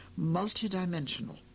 multidimensional